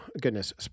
goodness